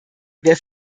wer